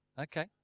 Okay